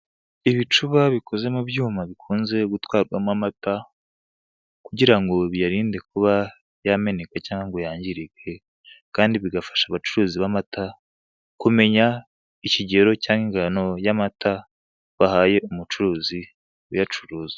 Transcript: Ibicuba bikoze mu byuma, bikunze gutwarwamo amata, kugira ngo biyarinde kuba yemeneka cyangwa ngo yangirike, kandi bigafasha abacuruzi b'amata kumenya ikigero cyangwa ingano y'amata bahaye umucuruzi uyacuruza.